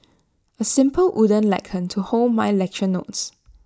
A simple wooden lectern to hold my lecture notes